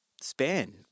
span